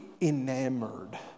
Enamored